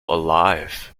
alive